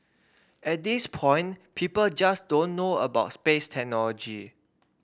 at this point people just don't know about space technology